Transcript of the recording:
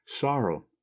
sorrow